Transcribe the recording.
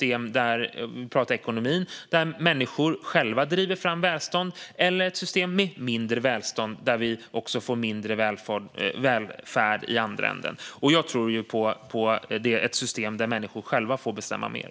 Vill vi - om vi pratar ekonomi - ha ett system där människor själva driver fram välstånd eller ett system med mindre välstånd där vi också får mindre välfärd i den andra änden? Jag tror på ett system där människor själva får bestämma mer.